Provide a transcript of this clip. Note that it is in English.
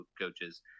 coaches